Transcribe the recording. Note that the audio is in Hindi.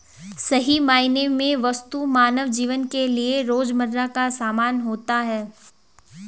सही मायने में वस्तु मानव जीवन के लिये रोजमर्रा का सामान होता है